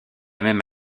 même